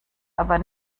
aber